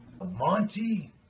Monty